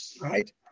right